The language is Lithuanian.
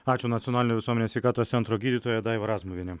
ačiū nacionalinio visuomenės sveikatos centro gydytoja daiva razmuvienė